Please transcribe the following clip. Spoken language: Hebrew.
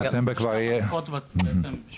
אז